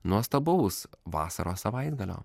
nuostabaus vasaros savaitgalio